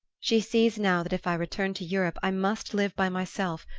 she sees now that if i return to europe i must live by myself,